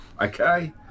okay